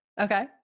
Okay